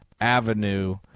avenue